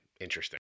interesting